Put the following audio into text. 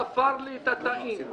ספר לי את התאים.